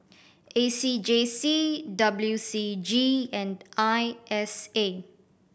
A C J C W C G and I S A